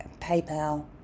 PayPal